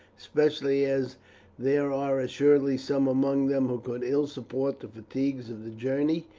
especially as there are assuredly some among them who could ill support the fatigues of the journey.